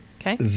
Okay